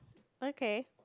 okay